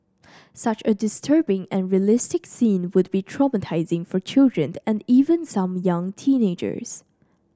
such a disturbing and realistic scene would be traumatising for children and even some young teenagers